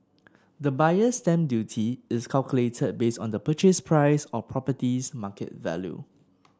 the Buyer's Stamp Duty is calculated based on the purchase price or property's market value